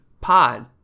pod